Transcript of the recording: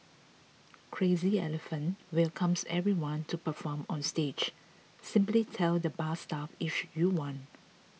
Crazy Elephant welcomes everyone to perform on stage simply tell the bar staff if you want